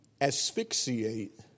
asphyxiate